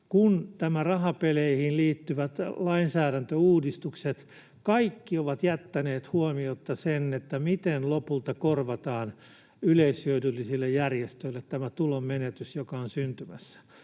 kun nämä rahapeleihin liittyvät lainsäädäntöuudistukset, kaikki, ovat jättäneet huomiotta sen, miten lopulta korvataan yleishyödyllisille järjestöille tämä tulonmenetys, joka on syntymässä.